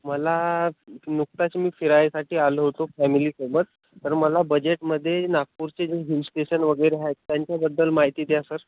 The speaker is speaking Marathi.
मला नुकताच मी फिरायसाठी आलो होतो फॅमिलीसोबत तर मला बजेटमध्ये नागपूरचे जे हिल स्टेशन वगैरे आहेत त्यांच्याबद्दल माहिती द्या सर